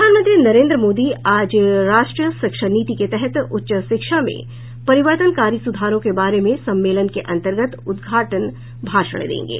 प्रधानमंत्री नरेन्द्र मोदी आज राष्ट्रीय शिक्षा नीति के तहत उच्च शिक्षा में परिवर्तनकारी सुधारों के बारे में सम्मेलन के अंतर्गत उदघाटन भाषण देंगे